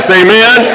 amen